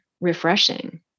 refreshing